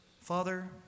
Father